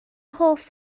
hoff